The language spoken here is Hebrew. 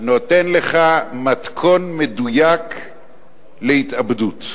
נותן לך מתכון מדויק להתאבדות.